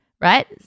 right